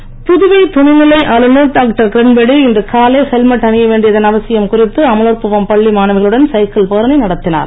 கிரண்பேடி புதுவை துணை நிலை ஆளுநர் டாக்டர் கிரண்பேடி இன்று காலை ஹெல்மெட் அணிய வேண்டியதன் அவசியம் குறித்து அமலோற்பவம் பள்ளி மாணவிகளுடன் சைக்கிள் பேரணி நடத்தினார்